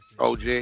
OG